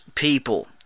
people